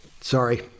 Sorry